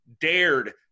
dared